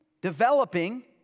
developing